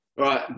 Right